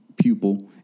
pupil